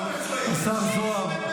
--- מסתובבת בכל מקום וצועקת --- השר זוהר,